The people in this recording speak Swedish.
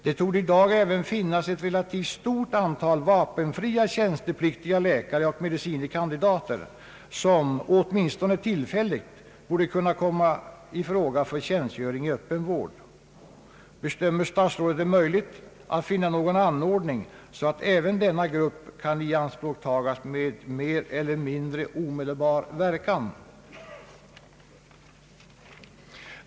Det torde i dag även finnas ett relativt stort antal vapenfria tjänstepliktiga läkare och medicine kandidater som — åtminstone tillfälligt — borde kunna komma i fråga för tjänstgöring i öppen vård. Bedömer statsrådet det möjligt att finna någon anordning, så att även denna grupp kan ianspråktagas med mer eiler mindre omedelbar verkan?